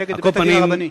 נגד בית-הדין הרבני.